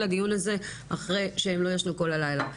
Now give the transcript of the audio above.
הדיון הזה אחרי שהם לא ישנו כל הלילה.